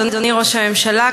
אדוני ראש הממשלה,